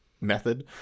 method